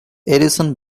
edison